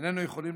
איננו יכולים,